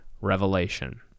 revelation